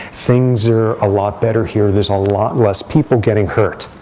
things are a lot better here. there's a lot less people getting hurt.